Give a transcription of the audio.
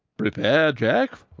prepare, jack,